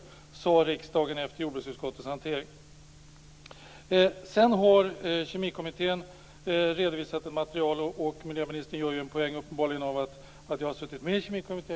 Detta sade riksdagen efter hanteringen i jordbruksutskottet. Kemikommittén har redovisat material. Miljöministern gör uppenbarligen en poäng av att jag har suttit med i Kemikommittén.